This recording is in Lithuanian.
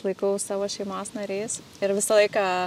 laikau savo šeimos nariais ir visą laiką